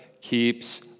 keeps